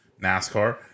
NASCAR